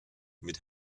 mit